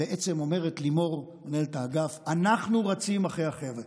בעצם אומרת לימור מנהלת האגף: אנחנו רצים אחרי החבר'ה,